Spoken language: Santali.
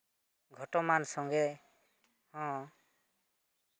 ᱜᱷᱚᱴᱚᱢᱟᱱ ᱥᱚᱸᱜᱮ ᱦᱚᱸ